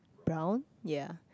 brown ya